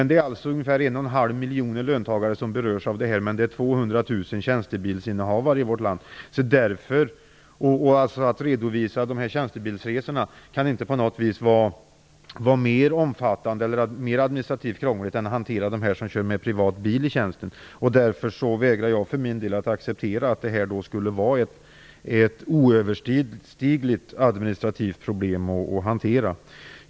Det är ungefär 1,5 miljon löntagare som berörs av systemet, men det finns 200 000 tjänstebilsinnehavare i vårt land. Att redovisa tjänstebilsresorna kan inte på något vis administrativt vara krångligare än att hantera redovisningen av körning med privat bil i tjänsten. Jag för min del vägrar därför att acceptera att detta skulle vara ett oöverstigligt administrativt problem. Fru talman!